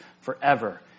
forever